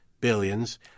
billions